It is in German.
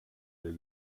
der